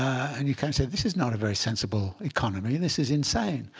and you can't say, this is not a very sensible economy. this is insane.